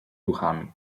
duchami